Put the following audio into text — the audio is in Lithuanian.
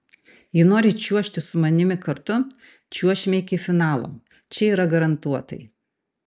jei nori čiuožti su manimi kartu čiuošime iki finalo čia yra garantuotai